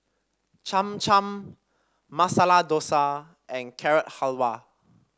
Cham Cham Masala Dosa and Carrot Halwa